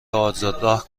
آزادراه